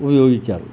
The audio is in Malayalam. ഉപയോഗിക്കാറ്